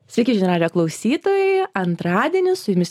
sveiki žinių radijo klausytojai antradienį su jumis